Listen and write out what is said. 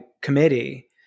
committee